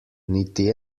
niti